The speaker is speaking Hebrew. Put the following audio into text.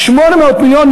800 מיליון,